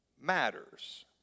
matters